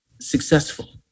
successful